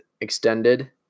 extended